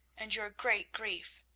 and your great grief.